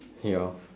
ya lor